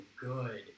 good